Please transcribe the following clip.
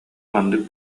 маннык